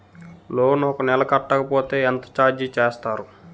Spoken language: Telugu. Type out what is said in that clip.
లోన్ ఒక నెల కట్టకపోతే ఎంత ఛార్జ్ చేస్తారు?